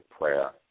prayer